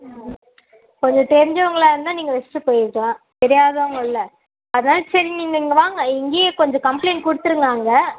கொஞ்சம் தெரிஞ்சவங்களாக இருந்தால் நீங்கள் வச்சுட்டு போயிருக்கலாம் தெரியாதவங்கள்ல அதுதான் சரி நீங்கள் இங்கே வாங்க இங்கேயே கொஞ்சம் கம்ப்ளைண்ட் கொடுத்துருங்க அங்கே